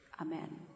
Amen